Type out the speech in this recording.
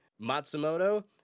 Matsumoto